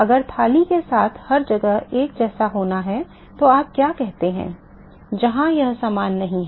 अगर थाली के साथ हर जगह एक जैसा होना है तो आप क्या कहते हैं जहां यह समान नहीं है